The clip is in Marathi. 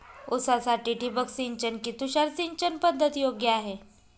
ऊसासाठी ठिबक सिंचन कि तुषार सिंचन पद्धत योग्य आहे?